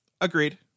agreed